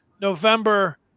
November